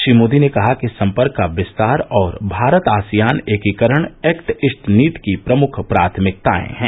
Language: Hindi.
श्री मोदी ने कहा कि संपर्क का विस्तार और भारत आसियान एकीकरण एक्ट ईस्ट नीति की प्रमुख प्राथमिकताएं हैं